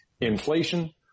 inflation